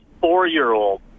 four-year-old